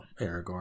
aragorn